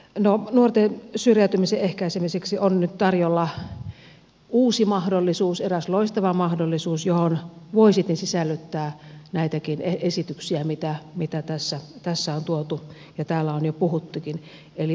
no nuorten syrjäytymisen ehkäisemiseksi on nyt tarjolla uusi mahdollisuus eräs loistava mahdollisuus johon voi sitten sisällyttää näitäkin esityksiä mitä tässä on tuotu ja mistä täällä on jo puhuttukin eli oppivelvollisuusiän pidentäminen